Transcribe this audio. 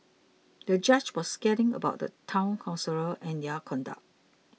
the judge was scathing about the Town Councillors and their conduct